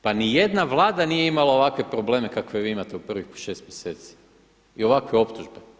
Pa niti jedna Vlada nije imala ovakve probleme kakve vi imate u prvih 6 mjeseci i ovakve optužbe.